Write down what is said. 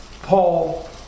Paul